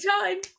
time